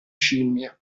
scimmie